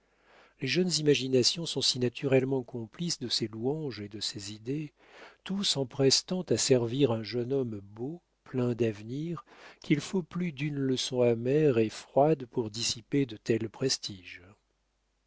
les jeunes imaginations sont si naturellement complices de ces louanges et de ces idées tout s'empresse tant à servir un jeune homme beau plein d'avenir qu'il faut plus d'une leçon amère et froide pour dissiper de tels prestiges